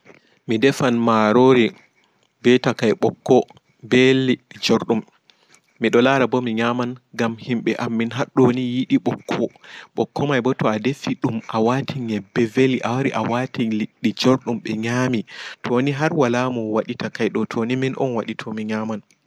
Mi defan Maarori be takai ɓokko be liɗɗi jorɗi miɗo laara bo mi nyaman ngam himɓe amin haɗo yiɗi ɓokko ɓokko maibo to'a defi ɗum awati nyeɓɓe veli a wari a wati liɗɗi jorɗum be nyami toni har wala mo waɗi takai ɗo toni min on waɗi to mi nyaman